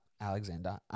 Alexander